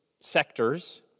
sectors